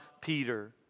Peter